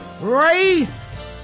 race